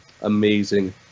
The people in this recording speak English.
amazing